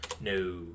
No